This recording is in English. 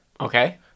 Okay